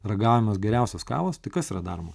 ragaujamos geriausios kavos tai kas yra daroma